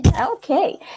Okay